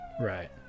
Right